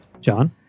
john